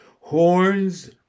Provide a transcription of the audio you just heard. Horns